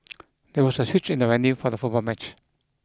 there was a switch in the venue for the football match